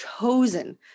chosen